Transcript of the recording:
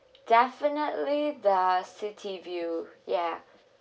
definitely the city view ya